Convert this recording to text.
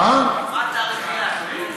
מה תאריך היעד?